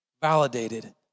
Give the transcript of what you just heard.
validated